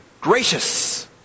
gracious